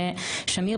ושמיר,